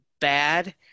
bad